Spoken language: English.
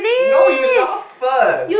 no you laughed first